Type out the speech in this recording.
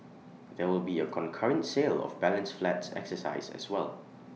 there will be A concurrent sale of balance flats exercise as well